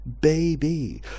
baby